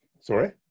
Sorry